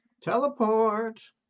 Teleport